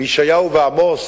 מישעיהו ועמוס